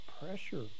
pressure